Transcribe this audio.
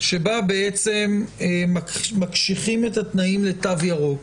שבה מקשיחים את התנאים לתו ירוק.